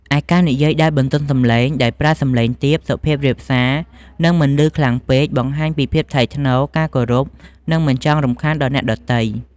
ឯការនិយាយដោយបន្ទន់សំឡេង ដោយប្រើសំឡេងទាប សុភាពរាបសារ និងមិនឮខ្លាំងពេក បង្ហាញពីភាពថ្លៃថ្នូរ ការគោរព និងមិនចង់រំខានដល់អ្នកដទៃ។